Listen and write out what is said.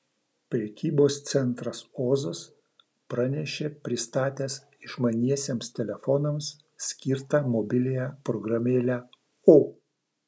prekybos centras ozas pranešė pristatęs išmaniesiems telefonams skirtą mobiliąją programėlę o